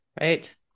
Right